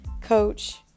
coach